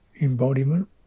embodiment